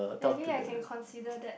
maybe I can consider that